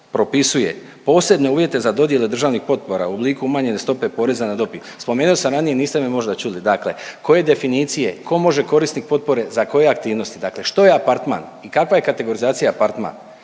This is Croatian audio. propisuje posebne uvjete za dodjele državnih potpora u obliku umanjene stope poreza na dobit. Spomenuo sam ranije, niste me možda čuli. Dakle, koje definicije, tko može korisnik potpore za koje aktivnosti? Dakle, što je apartman i kakva je kategorizacija apartman?